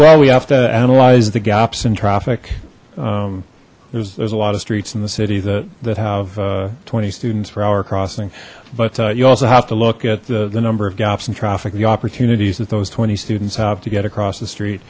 well we have to analyze the gaps in traffic there's a lot of streets in the city that that have twenty students per hour crossing but you also have to look at the number of gaps in traffic the opportunities that those twenty students have to get across the street